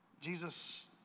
Jesus